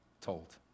told